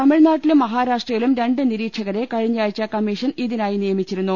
തമിഴ്നാട്ടിലും മഹാ രാഷ്ട്രയിലും രണ്ട് നിരീക്ഷകരെ കഴിഞ്ഞയാഴ്ച്ച കമ്മീഷൻ ഇതി നായി നിയമിച്ചിരുന്നു